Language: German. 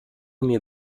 mir